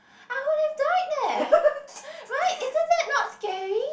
I would have died leh right isn't that not scary